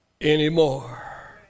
anymore